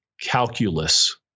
calculus